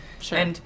Sure